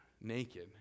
naked